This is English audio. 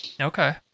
Okay